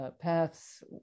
paths